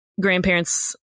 grandparents